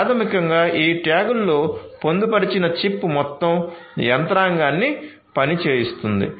ప్రాథమికంగా ఈ ట్యాగ్లలో పొందుపరిచిన చిప్ మొత్తం యంత్రాంగాన్ని పని చేయిస్తుంది